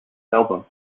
album